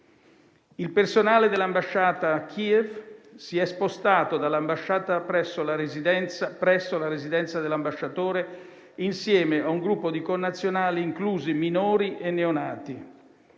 Il personale dell'ambasciata a Kiev si è spostato presso la residenza dell'ambasciatore, insieme a un gruppo di connazionali, inclusi minori e neonati.